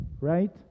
right